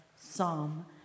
Psalm